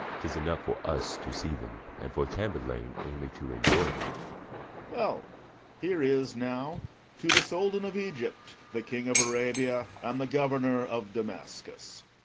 tis enough for us to see them, and for tamburlaine only to enjoy them well here is now to the soldan of egypt, the king of arabia, and the governor of damascus.